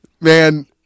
man